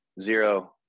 zero